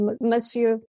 Monsieur